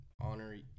honor